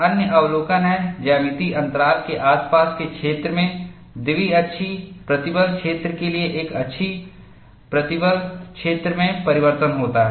अन्य अवलोकन है ज्यामितीय अंतराल के आसपास के क्षेत्र में द्विअक्षीय प्रतिबल क्षेत्र के लिए एक अक्षीय प्रतिबल क्षेत्र में परिवर्तन होता है